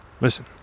Listen